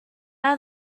are